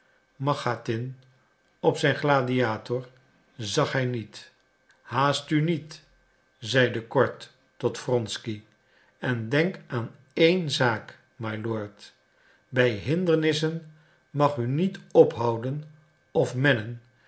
machatin op zijn gladiator zag hij niet haast u niet zeide kord tot wronsky en denk aan één zaak mylord bij hindernissen mag u niet ophouden of mennen